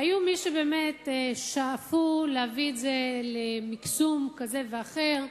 היו מי שבאמת שאפו להביא את זה למקסום כזה או אחר.